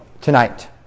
tonight